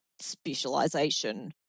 specialization